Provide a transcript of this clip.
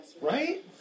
Right